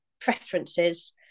preferences